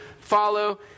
follow